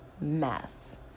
mess